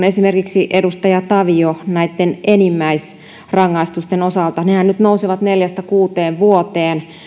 esimerkiksi edustaja tavio näitten enimmäisrangaistusten osalta nehän nyt nousevat neljästä kuuteen vuoteen